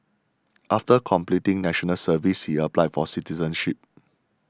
after completing National Service he applied for citizenship